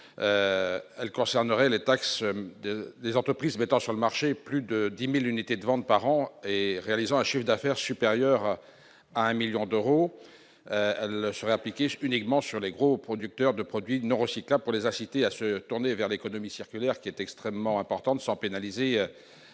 elle concernerait les taxes des entreprises mettant sur le marché plus de 10000 unités de vente par an et réalisant un chiffre d'affaires supérieur à un 1000000 d'euros, elle serait appliquée uniquement sur les gros producteurs de produits non recyclables, pour les inciter à se tourner vers l'économie circulaire qui est extrêmement importante, sans pénaliser